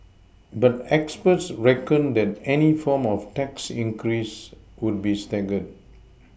but experts reckoned that any form of tax increases would be staggered